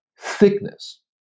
thickness